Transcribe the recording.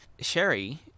sherry